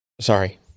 sorry